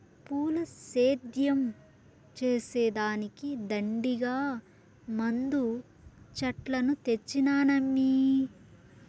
పూల సేద్యం చేసే దానికి దండిగా మందు చెట్లను తెచ్చినానమ్మీ